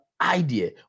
idea